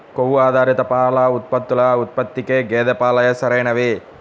కొవ్వు ఆధారిత పాల ఉత్పత్తుల ఉత్పత్తికి గేదె పాలే సరైనవి